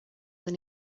than